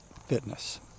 fitness